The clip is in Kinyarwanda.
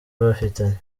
bafitanye